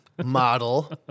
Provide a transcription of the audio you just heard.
Model